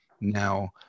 Now